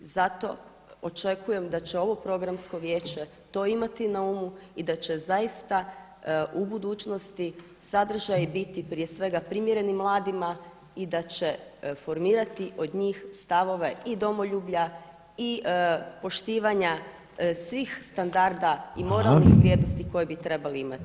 Zato očekujem da će ovo Programsko vijeće to imati na umu i da će zaista u budućnosti sadržaji biti prije svega primjereni mladima i da će formirati od njih stavove i domoljublja i poštivanja svih standarda i moralnih vrijednosti koje bi trebali imati.